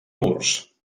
murs